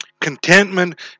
Contentment